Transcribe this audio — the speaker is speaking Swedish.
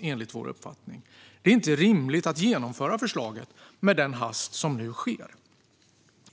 enligt vår uppfattning dämpas. Det är inte rimligt att genomföra förslaget i den hast som nu sker.